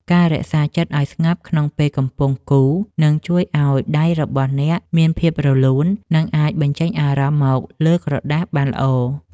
ការរក្សាចិត្តឱ្យស្ងប់ក្នុងពេលកំពុងគូរនឹងជួយឱ្យដៃរបស់អ្នកមានភាពរលូន និង អាចបញ្ចេញអារម្មណ៍មកលើក្រដាសបានល្អ។